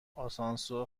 آسانسور